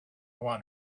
one